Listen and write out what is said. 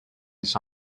his